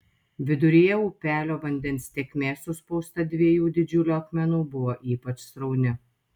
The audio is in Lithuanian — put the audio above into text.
viduryje upelio vandens tėkmė suspausta dviejų didžiulių akmenų buvo ypač srauni